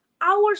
hours